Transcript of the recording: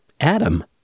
Adam